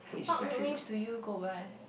what nicknames do you go by